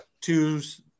Two's